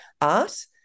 art